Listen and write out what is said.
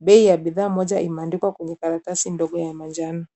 Bei ya bidhaa moja imeandikwa kwenye karatasi ndogo ya manjano.